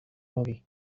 movie